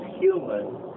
human